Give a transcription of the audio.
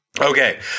okay